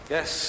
Yes